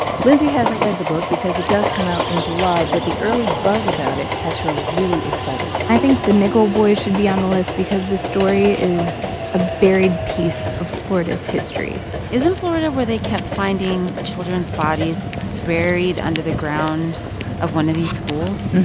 lindsay hasn't read the book because it does come out in july, but the early buzz about it has her really excited i think the nickel boys should be on the list because this story is a buried piece of florida's history isn't florida where they kept finding children's bodies buried under the ground of one of these schools?